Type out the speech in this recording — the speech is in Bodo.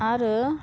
आरो